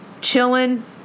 Chilling